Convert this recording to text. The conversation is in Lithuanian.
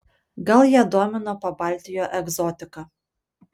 gal ją domino pabaltijo egzotika